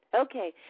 Okay